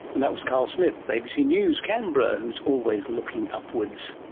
and that was carl smith, abc news canberra, who is always looking upwards.